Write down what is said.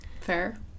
Fair